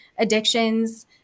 Addictions